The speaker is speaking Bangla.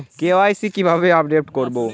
কে.ওয়াই.সি কিভাবে আপডেট করব?